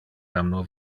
damno